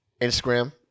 Instagram